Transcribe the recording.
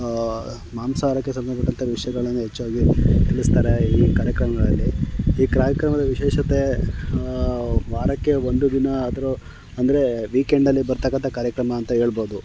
ಮಾಂಸಾಹಾರಕ್ಕೆ ಸಂಬಂಧಪಟ್ಟ ವಿಷಯಗಳನ್ನು ಹೆಚ್ಚಾಗಿ ತಿಳಿಸ್ತಾರೆ ಈ ಕಾರ್ಯಕ್ರಮಗಳಲ್ಲಿ ಈ ಕ್ರಾಯಕ್ರಮದ ವಿಶೇಷತೆ ವಾರಕ್ಕೆ ಒಂದು ದಿನ ಆದರೂ ಅಂದರೆ ವೀಕೆಂಡಲ್ಲಿ ಬರ್ತಕ್ಕಂಥ ಕಾರ್ಯಕ್ರಮ ಅಂತ ಏಳ್ಬೋದು